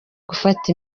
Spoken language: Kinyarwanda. gufata